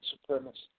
Supremacy